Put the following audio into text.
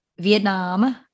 Vietnam